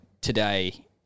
today